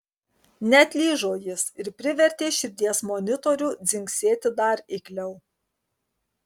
neatlyžo jis ir privertė širdies monitorių dzingsėti dar eikliau